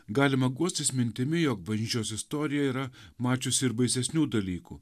galima guostis mintimi jog bažnyčios istorija yra mačiusi ir baisesnių dalykų